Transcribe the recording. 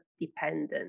dependent